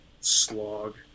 slog